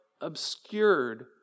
obscured